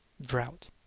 drought